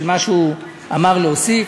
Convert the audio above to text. של מה שהוא אמר להוסיף.